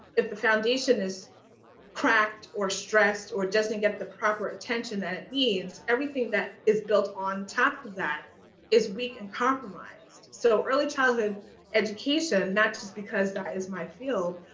if the foundation is cracked or stressed or doesn't get the proper attention that it needs, everything that is built on top of that is weak and compromised. so early childhood education not just because that is my field,